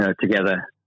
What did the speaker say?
Together